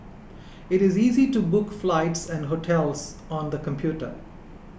it is easy to book flights and hotels on the computer